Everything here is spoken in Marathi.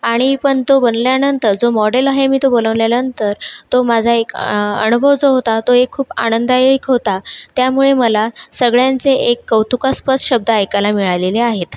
आणि पण तो बनल्यानंतर जो मॉडेल आहे मी तो बनवल्यानंतर तो माझा एक अनुभव जो होता तो एक खूप आनंददायक होता त्यामुळे मला सगळ्यांचे एक कौतुकास्पद शब्द ऐकायला मिळालेले आहेत